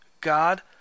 God